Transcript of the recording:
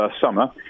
summer